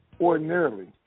Ordinarily